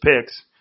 picks